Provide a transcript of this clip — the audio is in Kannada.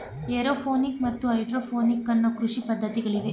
ಏರೋಪೋನಿಕ್ ಮತ್ತು ಹೈಡ್ರೋಪೋನಿಕ್ ಅನ್ನೂ ಕೃಷಿ ಪದ್ಧತಿಗಳಿವೆ